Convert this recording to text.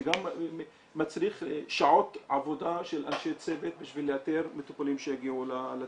זה מצריך שעות עבודה של אנשי צוות בשביל לאתר מטופלים שיגיעו לטיפול.